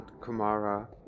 Kumara